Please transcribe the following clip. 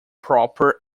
proper